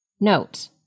Note